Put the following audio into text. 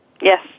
Yes